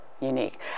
unique